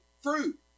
fruit